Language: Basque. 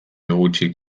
gutxik